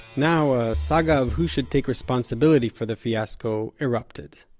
now, a saga of who should take responsibility for the fiasco erupted.